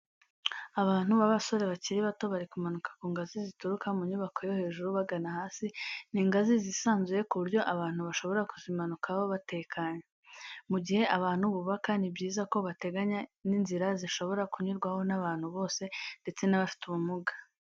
Abantu b'abasore bakiri bato bari kumanuka ku ngazi zituruka mu nyubako yo hejuru bagana hasi, ni ingazi zisanzuye ku buryo abantu bashobora kuzimanukaho batekanye. Mu gihe abantu bubaka ni byiza ko bateganya inzira zishobora kunyurwaho n'abantu bose ndetse n'abafite ubumuga.